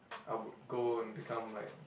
I would go and become like